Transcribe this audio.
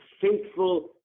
faithful